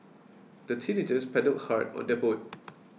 the teenagers paddled hard on their boat